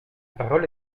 parole